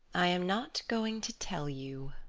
i am not going to tell you.